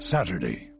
Saturday